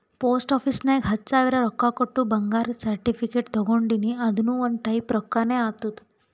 post office ನಾಗ್ ಹತ್ತ ಸಾವಿರ ರೊಕ್ಕಾ ಕೊಟ್ಟು ಬಂಗಾರದ ಸರ್ಟಿಫಿಕೇಟ್ ತಗೊಂಡಿನಿ ಅದುನು ಒಂದ್ ಟೈಪ್ ರೊಕ್ಕಾನೆ ಆತ್ತುದ್